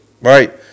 right